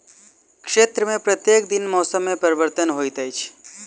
क्षेत्र में प्रत्येक दिन मौसम में परिवर्तन होइत अछि